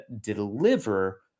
deliver